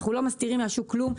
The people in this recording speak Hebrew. אנחנו לא מסתירים מן השוק כלום.